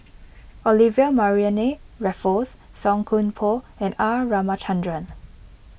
Olivia Mariamne Raffles Song Koon Poh and R Ramachandran